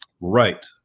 Right